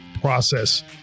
process